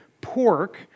pork